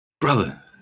brother